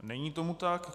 Není tomu tak.